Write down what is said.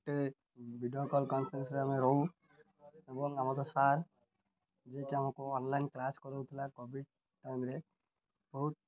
ଗୋଟେ video call କନଫରେନ୍ସରେ ଆମେ ରହୁ ଏବଂ ଆମର ସାର୍ ଯିଏକି ଆମକୁ ଅନଲାଇନ୍ କ୍ଲାସ୍ କରୁଥିଲା କୋଭିଡ଼ ଟାଇମ୍ରେ ବହୁତ